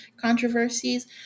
controversies